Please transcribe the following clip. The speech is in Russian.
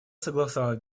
согласовать